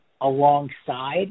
alongside